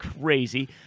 Crazy